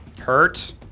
hurt